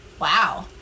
Wow